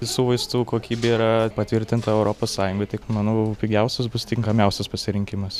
visų vaistų kokybė yra patvirtinta europos sąjungoj tik manau pigiausias bus tinkamiausias pasirinkimas